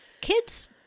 Kids